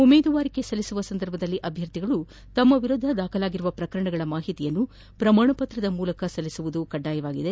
ಉಮೇದುವಾರಿಕೆ ಸಲ್ಲಿಸುವ ಸಂದರ್ಭದಲ್ಲಿ ಅಭ್ಯರ್ಥಿಗಳು ತಮ್ಮ ವಿರುದ್ದ ದಾಖಲಾಗಿರುವ ಪ್ರಕರಣಗಳ ಮಾಹಿತಿಯನ್ನು ಪ್ರಮಾಣ ಪತ್ರದ ಮೂಲಕ ಸಲ್ಲಿಸುವುದು ಕಡ್ಡಾಯವಾಗಿದೆ